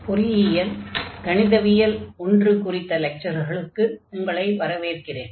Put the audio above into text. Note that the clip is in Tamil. பொறியியல் கணிதவியல் 1 குறித்த லெக்சர்களுக்கு உங்களை வரவேற்கிறேன்